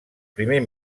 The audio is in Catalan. primer